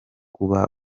kuba